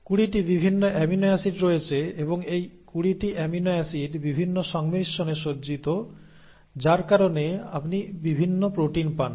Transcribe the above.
20 টি বিভিন্ন amino acid রয়েছে এবং এই 20 টি অ্যামিনো অ্যাসিড বিভিন্ন সংমিশ্রণে সজ্জিত যার কারণে আপনি বিভিন্ন প্রোটিন পান